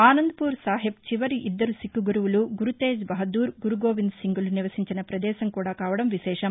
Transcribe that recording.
Anand poor Sahib చివరి ఇద్దరు సిక్కు గురువులు గురుతేజ్ బహదూర్ గురుగోవింద్ సింగ్ లు నివసించిన ప్రదేశం కూడా కావడం విశేషం